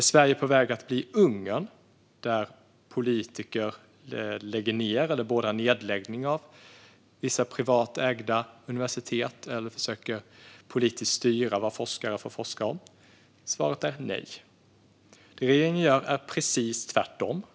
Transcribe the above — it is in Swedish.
Är Sverige på väg att bli Ungern, där politiker beordrar nedläggning av vissa privat ägda universitet eller försöker politiskt styra vad forskare får forska om? Svaret är nej. Det regeringen gör är tvärtom precis det motsatta.